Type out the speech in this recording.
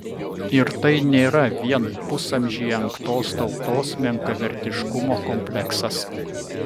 ir tai nėra vien pusamžį engtos tautos menkavertiškumo kompleksas